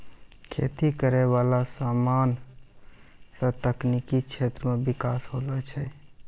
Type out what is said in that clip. खेती करै वाला समान से तकनीकी क्षेत्र मे बिकास होलो छै